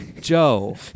joe